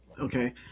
Okay